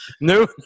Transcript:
no